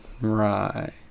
Right